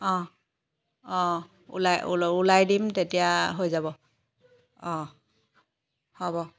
অঁ অঁ ওলাই ওলা ওলাই দিম তেতিয়া হৈ যাব অঁ হ'ব